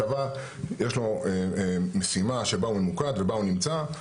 הצבא, יש לו משימה שבה הוא ממוקד ובה הוא נמצא.